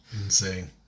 insane